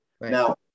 Now